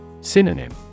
Synonym